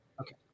Okay